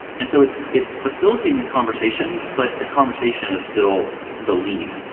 and so it's it's facilitating the conversation, but the conversation is still the lead,